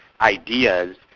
ideas